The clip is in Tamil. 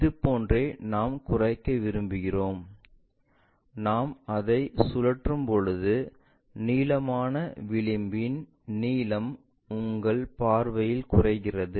இது போன்றே நாம் குறைக்க விரும்புகிறோம் நாம் அதை சுழற்றும்போது நீளமான விளிம்பின் நீளம் உங்கள் பார்வையில் குறைகிறது